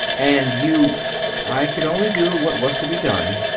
and you i could only do what was to be done.